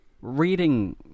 reading